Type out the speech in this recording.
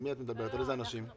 על איזה אנשים את מדברת?